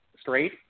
Straight